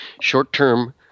short-term